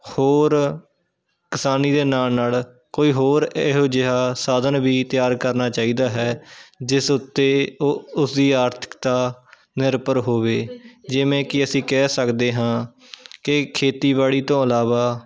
ਹੋਰ ਕਿਸਾਨੀ ਦੇ ਨਾਲ ਨਾਲ ਕੋਈ ਹੋਰ ਇਹੋ ਜਿਹਾ ਸਾਧਨ ਵੀ ਤਿਆਰ ਕਰਨਾ ਚਾਹੀਦਾ ਹੈ ਜਿਸ ਉੱਤੇ ਉਹ ਉਸਦੀ ਆਰਥਿਕਤਾ ਨਿਰਭਰ ਹੋਵੇ ਜਿਵੇਂ ਕਿ ਅਸੀਂ ਕਹਿ ਸਕਦੇ ਹਾਂ ਕਿ ਖੇਤੀਬਾੜੀ ਤੋਂ ਇਲਾਵਾ